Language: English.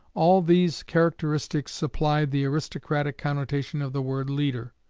all these characteristics supplied the aristocratic connotation of the word leader.